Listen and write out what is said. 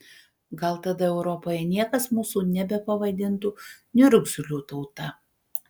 gal tada europoje niekas mūsų nebepavadintų niurgzlių tauta